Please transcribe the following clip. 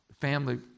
family